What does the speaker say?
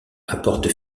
apporte